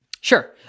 Sure